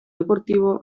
deportivo